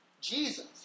Jesus